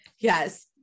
Yes